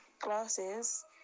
glasses